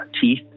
teeth